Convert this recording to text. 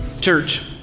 Church